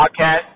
podcast